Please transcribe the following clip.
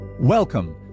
welcome